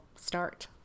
start